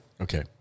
Okay